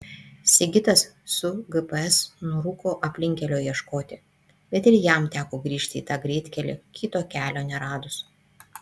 sigitas su gps nurūko aplinkkelio ieškoti bet ir jam teko grįžti į tą greitkelį kito kelio neradus